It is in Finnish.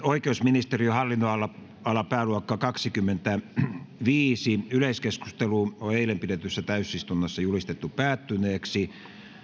oikeusministeriön hallinnonala pääluokka kaksikymmentäviisi yleiskeskustelu on eilen pidetyssä täysistunnossa julistettu päättyneeksi